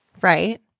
Right